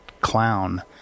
clown